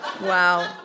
Wow